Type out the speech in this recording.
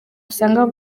usanga